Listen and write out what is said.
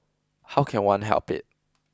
how can one help it